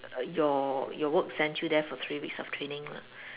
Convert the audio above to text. your your work sent you there for three weeks of training lah